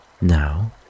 now